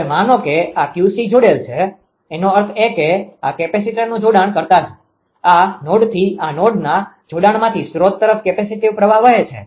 હવે માનો કે આ 𝑄𝐶 જોડેલ છે એનો અર્થ એ કે આ કેપેસીટરનુ જોડાણ કરતા જ આ નોડથી આ નોડના જોડાણમાંથી સ્ત્રોત તરફ કેપેસીટીવ પ્રવાહ વહે છે